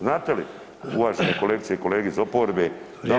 Znate li uvažene kolegice i kolege iz oporbe da ovo